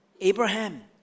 Abraham